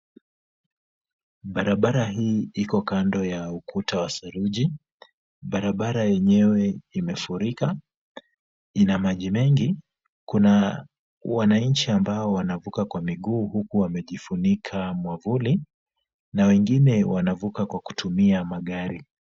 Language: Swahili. Barabara hii iko kando ya ukuta wa saruji. Barabara yenyewe imefurika, ina maji mengi. Kuna wananchi ambao wanavuka kwa miguu huku wamejifunika mwavuli na wengine wanavuka kwa kutumia magari.